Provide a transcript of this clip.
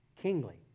kingly